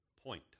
point